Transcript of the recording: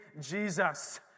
Jesus